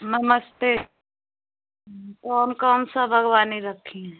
नमस्ते कौन कौन सा बगवानी रखी हैं